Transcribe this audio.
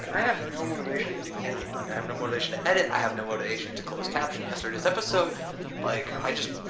i have no motivation to do anything. like i have no motivation to edit, i have no motivation to close caption yesterday's episode like i just